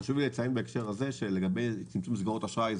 חשוב לי לציין בהקשר הזה שצמצום מסגרות אשראי הוא